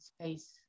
space